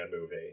movie